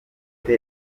azwi